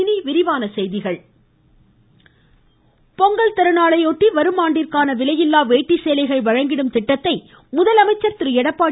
முதலமைச்சர் பொங்கல் திருநாளையொட்டி வரும் ஆண்டிற்கான விலையில்லா வேட்டி சேலைகள் வழங்கிடும் திட்டத்தை முதலமைச்சர் எடப்பாடி